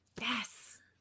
Yes